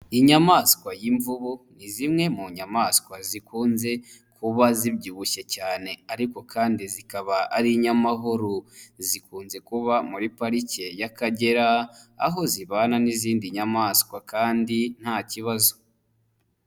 Inyamaswa y'imvubu, ni zimwe mu nyamaswa zikunze kuba zibyibushye cyane ariko kandi zikaba ari inyamahoro. Zikunze kuba muri pariki y'akagera, aho zibana n'izindi nyamaswa kandi nta kibazo.